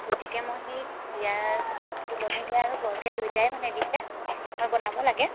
গতিকে মই সেই বিয়াৰ তুলনী বিয়া আৰু বৰবিয়া দুইটাই মানে দিছে মই বনাব লাগে